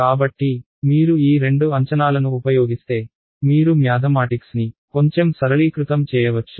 కాబట్టి మీరు ఈ రెండు అంచనాలను ఉపయోగిస్తే మీరు మ్యాధమాటిక్స్ని కొంచెం సరళీకృతం చేయవచ్చు